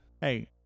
Hey